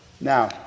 Now